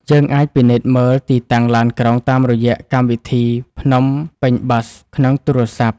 យើងអាចពិនិត្យមើលទីតាំងឡានក្រុងតាមរយៈកម្មវិធី "Phnom Penh Bus" ក្នុងទូរស័ព្ទ។